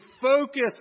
focus